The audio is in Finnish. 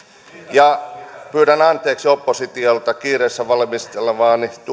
ja pyydän anteeksi oppositiolta kiireessä valmistelemaani